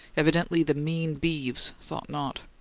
evidently the mean beeves thought not.